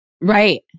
Right